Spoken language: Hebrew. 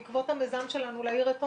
בעקבות המיזם שלנו "להאיר את עומר",